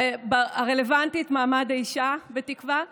הרלוונטית, מעמד האישה, בתקווה.